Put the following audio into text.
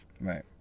right